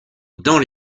dans